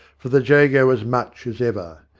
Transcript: for the jago was much as ever.